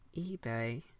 eBay